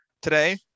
today